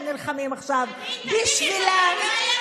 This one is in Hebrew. אין רבש"ץ, אין רכב ביטחון, אין גדר,